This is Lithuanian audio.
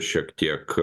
šiek tiek